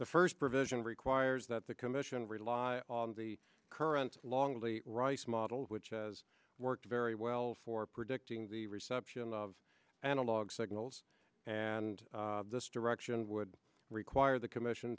the first provision requires that the commission rely on the current longleat rice model which has worked very well for predicting the reception of analog signals and this direction would require the commission